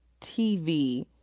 TV